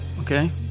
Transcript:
okay